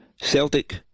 Celtic